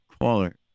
caller